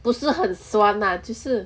不是很酸 lah 就是